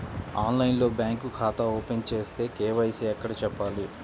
ఆన్లైన్లో బ్యాంకు ఖాతా ఓపెన్ చేస్తే, కే.వై.సి ఎక్కడ చెప్పాలి?